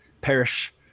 perish